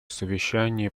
совещания